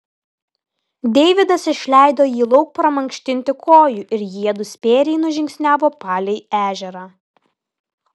deividas išleido jį lauk pramankštinti kojų ir jiedu spėriai nužingsniavo palei ežerą